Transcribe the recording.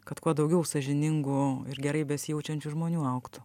kad kuo daugiau sąžiningų ir gerai besijaučiančių žmonių augtų